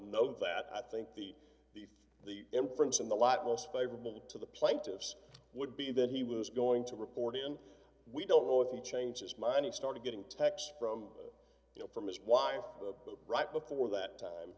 know that i think the the the inference in the light most favorable to the plaintiffs would be that he was going to report and we don't know if he changed his mind and started getting texts from you know from his wife but right before that time